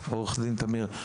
עורך דין תמיר.